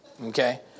Okay